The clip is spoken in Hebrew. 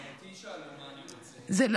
גם אותי שאלו מה אני רוצה --- יש גבול מה אפשר,